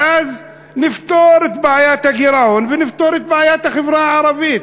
ואז נפתור את בעיית הגירעון ונפתור את בעיית החברה הערבית.